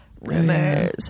rumors